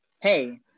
Hey